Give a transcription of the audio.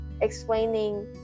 explaining